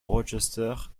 rochester